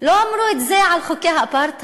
לא אמרו את זה על חוקי האפרטהייד,